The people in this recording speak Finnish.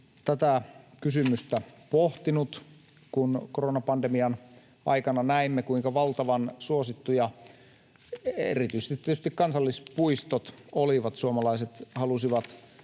tätä kysymystä pohtinut, kun koronapandemian aikana näimme, kuinka valtavan suosittuja erityisesti tietysti kansallispuistot olivat. Suomalaiset halusivat